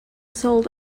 sold